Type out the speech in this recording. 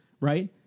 right